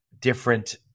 different